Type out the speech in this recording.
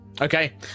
Okay